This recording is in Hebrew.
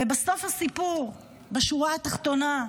ובסוף הסיפור, בשורה התחתונה,